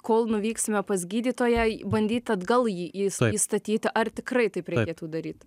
kol nuvyksime pas gydytoją bandyt atgal jį įs įstatyt ar tikrai taip reikėtų daryt